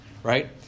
Right